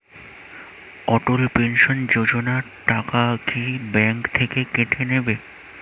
অটল pension Yojana টাকা কি bank থেকে কেটে নেবে?